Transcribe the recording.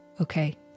Okay